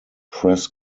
press